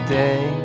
day